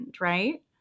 right